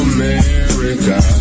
America